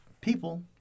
people